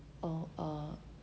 orh ah